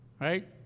Right